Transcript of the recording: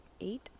eight